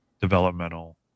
developmental